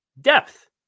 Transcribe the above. depth